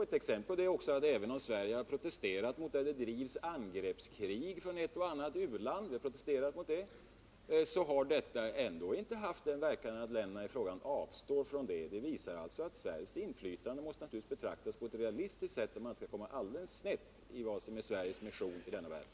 Ett exempel på detta är att även om Sverige har protesterat mot att ett och annat u-land bedriver angreppskrig, har detta ändå inte haft den verkan att länderna i fråga avstår från krig. Det visar att Sveriges inflytande måste betraktas på ett realistiskt sätt, om man inte skall komma alldeles snett i vad som är Sveriges mission i världen.